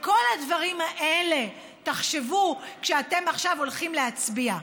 על כל הדברים האלה תחשבו כשאתם עכשיו הולכים להצביע.